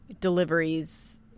deliveries